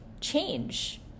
change